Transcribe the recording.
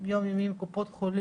יום יומי עם קופות חולים.